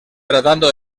tratando